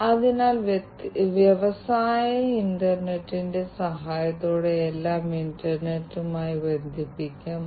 അതിനാൽ ഈ ഗതാഗത ഡൊമെയ്നിലെ IIoT ഇൻഫ്രാസ്ട്രക്ചറായി ഇത് മാറുന്നത് സുരക്ഷിതമാക്കുന്നതും വളരെ നിർണായകമാണ്